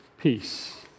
peace